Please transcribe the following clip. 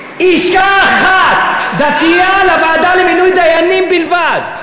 אישה אחת, דתייה, לוועדה למינוי דיינים בלבד.